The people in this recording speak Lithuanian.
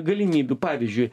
galimybių pavyzdžiui